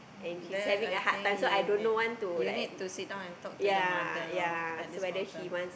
then I think you need you need to sit down and talk to the mother loh at this point of time